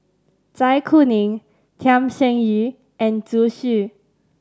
Zai Kuning Tham Sien Yen and Zhu Xu